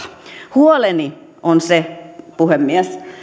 huoleni on se puhemies